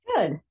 Good